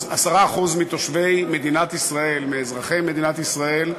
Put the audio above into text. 10% מתושבי מדינת ישראל, מאזרחי מדינת ישראל,